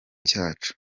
cyacu